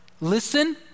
listen